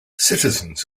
citizens